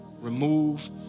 Remove